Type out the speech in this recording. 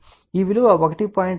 కాబట్టి ఈ విలువ 1